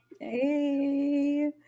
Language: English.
Hey